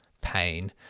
pain